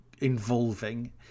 involving